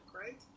right